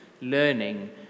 learning